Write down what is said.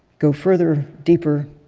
go further, deeper,